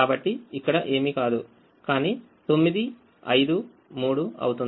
కాబట్టి ఇక్కడ ఏమీ కాదు కానీ 9 5 3 అవుతుంది